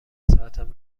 ساعتم